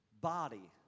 body